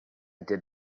did